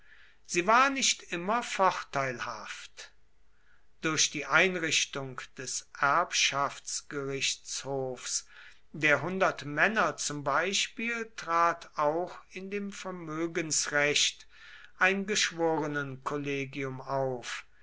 sie war nicht immer vorteilhaft durch die einrichtung des erbschaftsgerichtshofs der hundertmänner zum beispiel trat auch in dem vermögensrecht ein geschworenenkollegium auf